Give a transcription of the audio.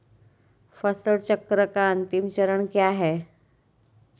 फसल चक्र का अंतिम चरण क्या है?